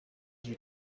due